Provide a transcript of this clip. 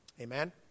Amen